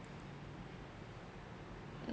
mm